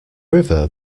river